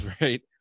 right